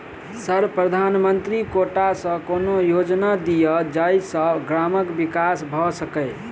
Sir प्रधानमंत्री quota सऽ कोनो योजना दिय जै सऽ ग्रामक विकास भऽ सकै?